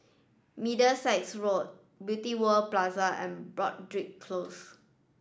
Middlesex Road Beauty World Plaza and Broadrick Close